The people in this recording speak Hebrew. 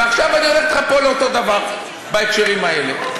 ועכשיו אני הולך אתך פה לאותו דבר, בהקשרים האלה.